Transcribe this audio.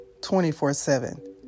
24-7